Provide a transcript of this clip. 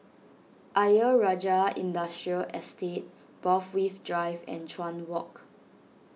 Ayer Rajah Industrial Estate Borthwick Drive and Chuan Walk